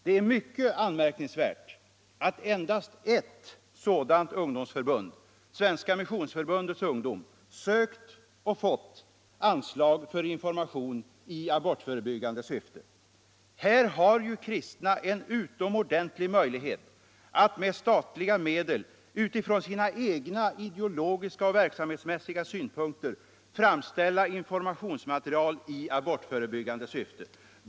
Det är mycket anmärkningsvärt att endast ert sådant ungdomsförbund, Svenska missionsförbundets ungdom, sökt — och fått — anslag för information i abortförebyggande syfte. Här har ju kristna en utomordenlig möjlighet att med statliga medel utifrån sina egna ideologiska och verksamhetsmässiga synpunkter framställa informationsmaterial i abortförebyggande syfte.